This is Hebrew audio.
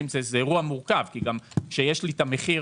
זה אירוע מורכב כי כשיש לי את המחיר,